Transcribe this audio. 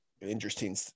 interesting